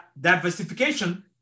diversification